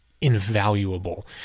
invaluable